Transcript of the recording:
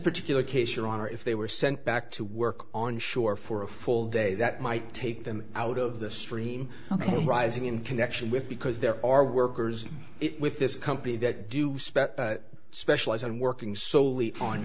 particular case your honor if they were sent back to work on shore for a full day that might take them out of the stream ok rising in connection with because there are workers with this company that do spec specialize and working solely on